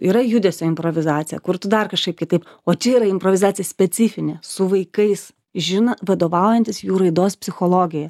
yra judesio improvizacija kur tu dar kažkaip kitaip o čia yra improvizacija specifinė su vaikais žino vadovaujantis jų raidos psichologija